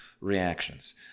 reactions